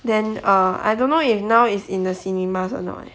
then err I don't know if now is in the cinema a not eh